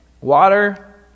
Water